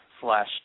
slash